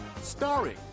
starring